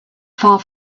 far